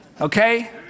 okay